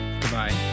Goodbye